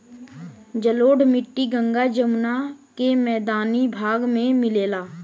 जलोढ़ मट्टी गंगा जमुना के मैदानी भाग में मिलला